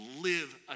live